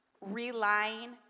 relying